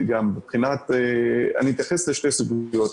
אני אתייחס לשתי סוגיות.